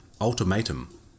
Ultimatum